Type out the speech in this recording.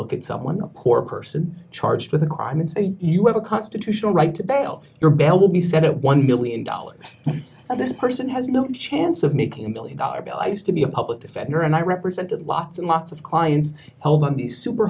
look at someone a poor person charged with a crime and say you have a constitutional right to bail your bail will be set at one million dollars and this person has no chance of making a million dollar bill i used to be a public defender and i represented lots and lots of clients the